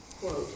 quote